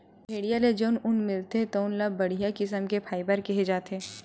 भेड़िया ले जउन ऊन मिलथे तउन ल बड़िहा किसम के फाइबर केहे जाथे